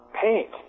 paint